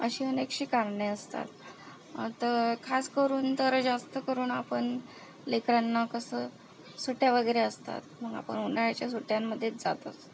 अशी अनेकशी कारणे असतात आता खासकरून तर जास्तकरून आपण लेकरांना कसं सुट्ट्या वगैरे असतात मग आपण उन्हाळ्याच्या सुट्ट्यांमध्येच जात असतो